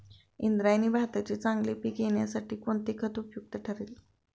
इंद्रायणी भाताचे चांगले पीक येण्यासाठी कोणते खत उपयुक्त ठरेल?